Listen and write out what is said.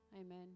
Amen